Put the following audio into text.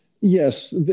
Yes